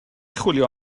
chwilio